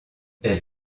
elle